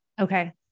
okay